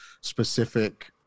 specific